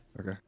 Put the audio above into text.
Okay